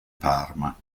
parma